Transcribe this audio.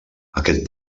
aquest